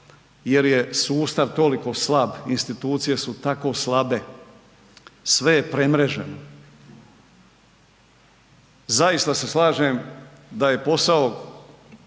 jer je sustav tolik slab, institucije su tako slabe, sve je premreženo. Zaista se slažem da je posao